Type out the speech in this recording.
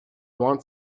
want